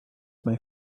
may